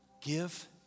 Give